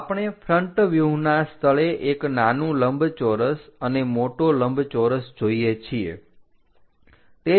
તો આપણે ફ્રન્ટ વ્યુહના સ્થળે એક નાનુ લંબચોરસ અને મોટો લંબચોરસ જોઈએ છીએ